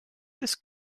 this